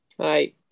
Hi